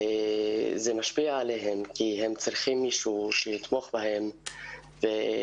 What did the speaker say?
וזה משפיע עליהם כי הם צריכים מישהו שיתמוך בהם ויעזור